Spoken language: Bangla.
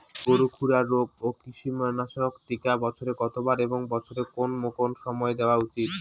গরুর খুরা রোগ ও কৃমিনাশক টিকা বছরে কতবার এবং বছরের কোন কোন সময় দেওয়া উচিৎ?